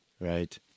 right